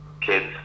kids